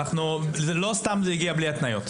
לא סתם זה הגיע בלי התניות.